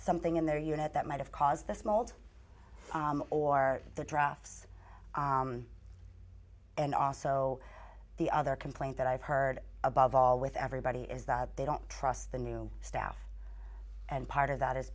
something in their unit that might have caused the smalled or the drafts and also the other complaint that i've heard above all with everybody is that they don't trust the new staff and part of that is